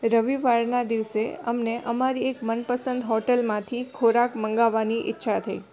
રવિવારના દિવસે અમને અમારી એક મનપસંદ હોટલમાંથી ખોરાક મંગાવવાની ઇચ્છા થઇ